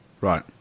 Right